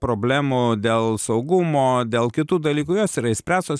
problemų dėl saugumo dėl kitų dalykų jos yra išspręstos